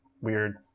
weird